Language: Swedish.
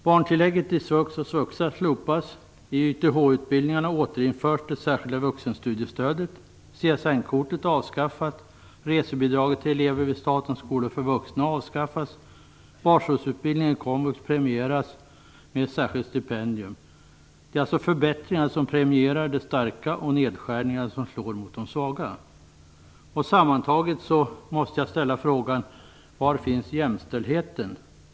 Barntillägget i svux och svuxa slopas, i YTH-utbildningarna återinförs det särskilda vuxenstudiestödet, CSN-kortet avskaffas, resebidraget till elever vid statens skolor för vuxna avskaffas, basårsutbildningen i komvux premieras med ett särskilt stipendium. Det är alltså förbättringar som premierar de starka och nedskärningar som slår mot de svaga. Jag måste då ställa frågan: Var finns jämställdheten?